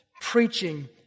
preaching